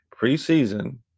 preseason –